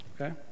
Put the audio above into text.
okay